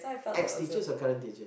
ex teachers or current teachers